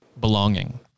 belonging